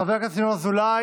חבר הכנסת ינון אזולאי,